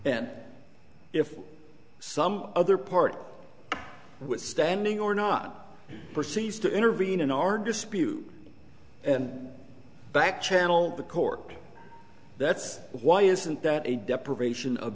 and if some other part was standing or not perceived to intervene in our dispute and back channel the court that's why isn't that a deprivation